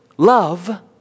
Love